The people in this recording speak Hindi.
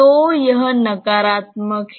तो यह नकारात्मक है